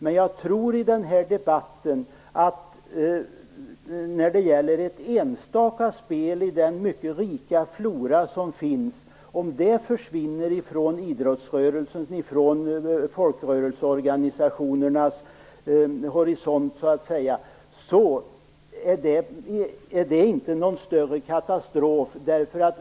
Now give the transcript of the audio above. Men om ett enstaka spel i den mycket rika flora som finns försvinner från folkrörelseorganisationernas horisont är det inte någon större katastrof.